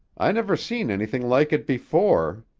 i never seen anything like it before.